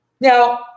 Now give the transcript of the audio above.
Now